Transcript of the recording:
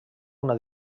una